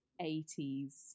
80s